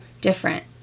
different